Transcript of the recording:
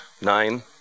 nine